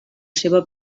seva